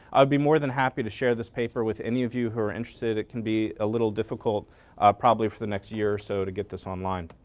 i'll be more than happy to share this paper with any of you who are interested. it can be a little difficult probably for next year or so to get this online.